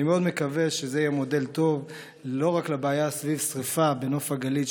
אני מאוד מקווה שזה יהיה מודל טוב לא רק לבעיה סביב שרפה בנוף הגליל,